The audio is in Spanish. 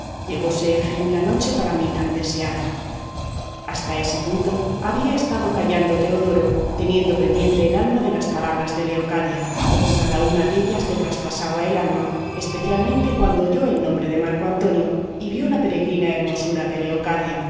destinado llegóse en fin la noche por mí tan deseada hasta este punto había estado callando teodoro teniendo pendiente el alma de las palabras de leocadia que con cada una dellas le traspasaba el alma especialmente cuando oyó el nombre de marco antonio y vio la peregrina hermosura de